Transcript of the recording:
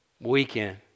weekend